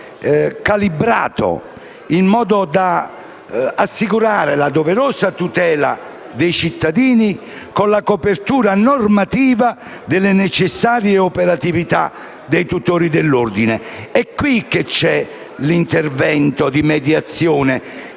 calibrato in modo da assicurare la doverosa tutela dei cittadini con la copertura normativa delle necessarie operatività dei tutori dell'ordine. L'intervento di mediazione